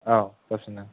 औ जाफिनदों